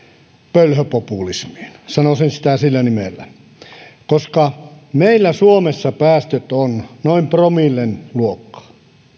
pölhöpopulismiin sanoisin sitä sillä nimellä koska meillä suomessa päästöt ovat noin promillen luokkaa